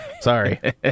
Sorry